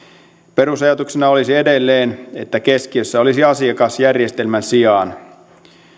perusajatuksena olisi edelleen että keskiössä olisi asiakas järjestelmän sijaan